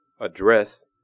address